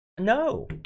No